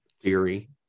theory